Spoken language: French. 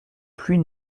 pluie